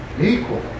equal